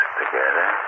together